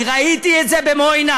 אני ראיתי את זה במו-עיני,